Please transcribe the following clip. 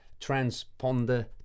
transponder